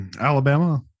Alabama